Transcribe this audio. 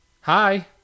Hi